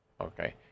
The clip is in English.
okay